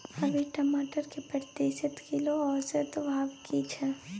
अभी टमाटर के प्रति किलो औसत भाव की छै?